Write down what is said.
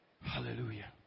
Hallelujah